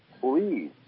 Please